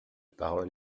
parole